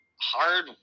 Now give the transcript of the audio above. hard